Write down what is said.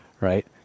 right